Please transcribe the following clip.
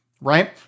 right